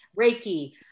Reiki